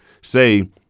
say